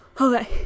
Okay